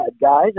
guys